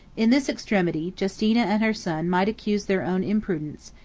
in this extremity, justina and her son might accuse their own imprudence,